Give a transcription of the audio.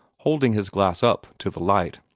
holding his glass up to the light.